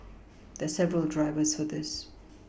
there are several drivers for this